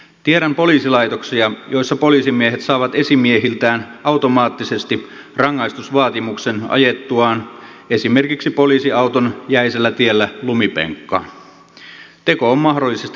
tiedän poliisilaitoksia joissa poliisimiehet saavat esimiehiltään automaattisesti rangaistusvaatimuksen ajettuaan esimerkiksi poliisiauton jäisellä tiellä lumipenkkaan teko on mahdollisesti liikenneturvallisuuden vaarantamista